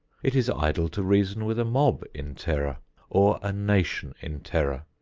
it is idle to reason with a mob in terror or a nation in terror.